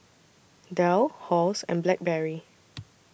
Dell Halls and Blackberry